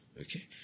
Okay